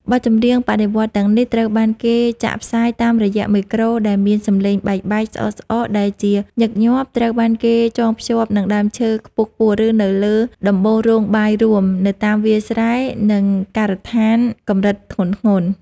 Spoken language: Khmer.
បទចម្រៀងបដិវត្តន៍ទាំងនេះ ត្រូវបានគេចាក់ផ្សាយតាមរយៈមេក្រូដែលមានសំឡេងបែកៗ ស្អកៗ ដែលជាញឹកញាប់ត្រូវបានគេចងភ្ជាប់នឹងដើមឈើខ្ពស់ៗ ឬនៅលើដំបូលរោងបាយរួម នៅតាមវាលស្រែ និងការដ្ឋានកម្រិតធ្ងន់ៗ។